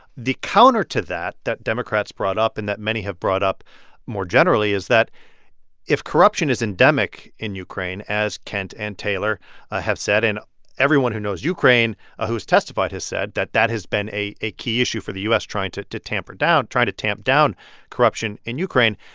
the counter to that that democrats brought up and that many have brought up more generally is that if corruption is endemic in ukraine, as kent and taylor have said and everyone who knows ukraine ah who has testified has said, that that has been a a key issue for the u s, trying to to tamper down trying to tamp down corruption in ukraine,